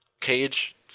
cage